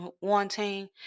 wanting